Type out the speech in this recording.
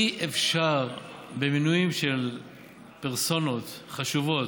אי-אפשר במינויים של פרסונות חשובות,